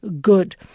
good